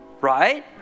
Right